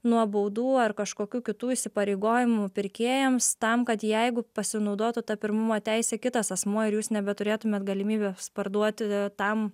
nuo baudų ar kažkokių kitų įsipareigojimų pirkėjams tam kad jeigu pasinaudotų ta pirmumo teise kitas asmuo ir jūs nebeturėtumėt galimybės parduoti tam